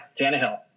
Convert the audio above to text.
Tannehill